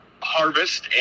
harvest